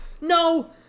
No